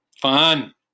fun